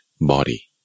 body